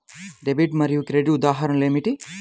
Debit మరియు credit ఉదాహరణలు ఏమిటీ?